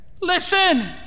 Listen